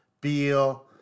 Beal